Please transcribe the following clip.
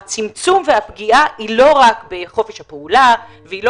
הצמצום והפגיעה לא רק בחופש הפעולה ולא